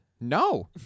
No